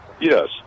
Yes